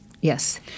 Yes